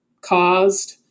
caused